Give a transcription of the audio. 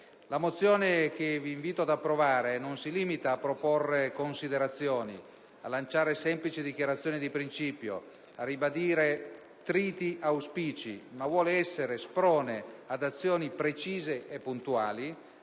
La mozione che vi invito ad approvare non si limita a proporre considerazioni, a lanciare semplici dichiarazioni di principio, a ribadire triti auspici, ma vuole essere sprone ad azioni precise e puntuali